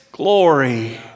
Glory